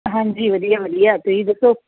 ਹਾਂਜੀ ਵਧੀਆ ਵਧੀਆ ਤੁਸੀਂ ਦੱਸੋ